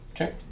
Okay